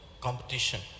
competition